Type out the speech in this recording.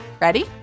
Ready